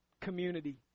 community